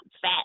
fat